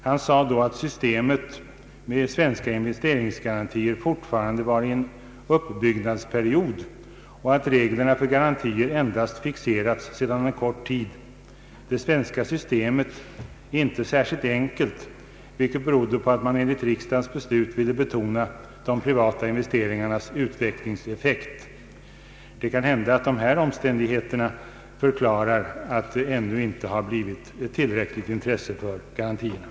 Han sade då att systemet med svenska investeringsgarantier fortfarande var i en uppbyggnadsperiod och att reglerna för garantier endast fixerats sedan en kort tid. Det svenska systemet är inte särskilt enkelt, beroende på att man enligt riksdagens beslut ville betona de privata investeringarnas utvecklingseffekt sade han vidare. Det kan hända att det är dessa omständigheter som förklarar att det ännu inte har blivit tillräckligt intresse för investeringsgarantier.